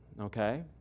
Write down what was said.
Okay